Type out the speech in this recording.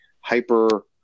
hyper